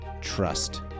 trust